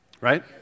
Right